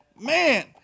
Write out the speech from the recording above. Man